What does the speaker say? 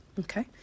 Okay